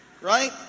right